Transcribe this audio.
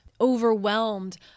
overwhelmed